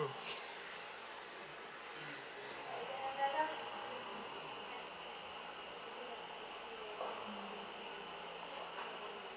mm